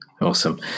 Awesome